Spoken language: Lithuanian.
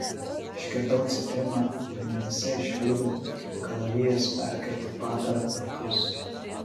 išgirdau cypimą ir mintyse išvydau kaip kalavijas perkirto padarą perpus